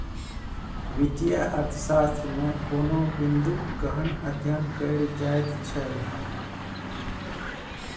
वित्तीय अर्थशास्त्रमे कोनो बिंदूक गहन अध्ययन कएल जाइत छै